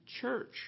church